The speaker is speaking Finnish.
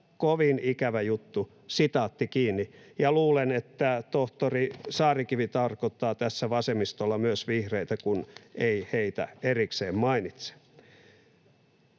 kovin ikävä juttu.” Ja luulen, että tohtori Saarikivi tarkoittaa tässä vasemmistolla myös vihreitä, kun ei heitä erikseen mainitse.